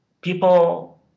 people